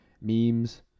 memes